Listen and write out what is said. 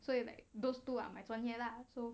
so you like those two are my 专业 lah so